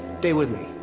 stay with me.